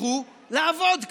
לכו לעבוד כבר.